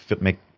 make